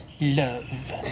love